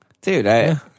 Dude